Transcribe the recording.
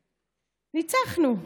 ניצחנו: